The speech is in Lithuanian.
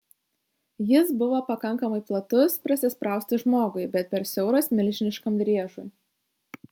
jis buvo pakankamai platus prasisprausti žmogui bet per siauras milžiniškam driežui